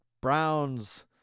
Browns